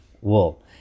wool